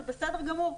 זה בסדר גמור,